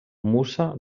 musa